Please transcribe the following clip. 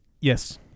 Yes